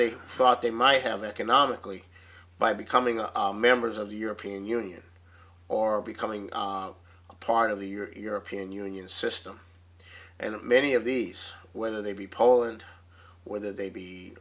they thought they might have economically by becoming a members of the european union or becoming a part of the your european union system and many of these whether they be poland whether they be